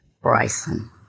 Bryson